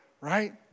right